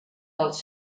dels